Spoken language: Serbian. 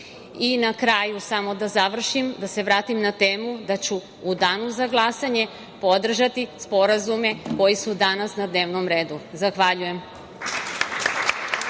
kraju samo da završim, da se vratim na temu, da ću u danu za glasanje podržati sporazume koji su danas na dnevnom redu. Zahvaljujem.